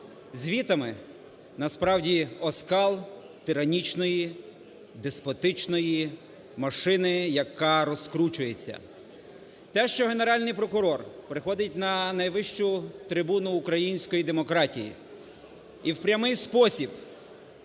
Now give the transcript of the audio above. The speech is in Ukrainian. звітами, насправді, оскал тиранічної, деспотичної машини, яка розкручується. Те, що Генеральний прокурор приходить на найвищу трибуну української демократії і в прямий спосіб